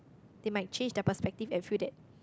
they might change their perspective and feel that